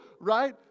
right